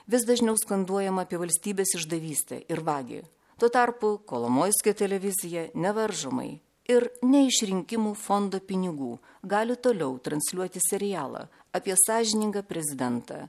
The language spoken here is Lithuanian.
vis dažniau skanduojama apie valstybės išdavystę ir vagį tuo tarpu kolomoiskį televizija nevaržomai ir ne iš rinkimų fondo pinigų gali toliau transliuoti serialą apie sąžiningą prezidentą